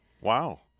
Wow